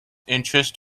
interest